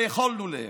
ויכולנו להם.